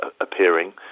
appearing